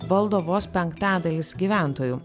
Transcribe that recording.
valdo vos penktadalis gyventojų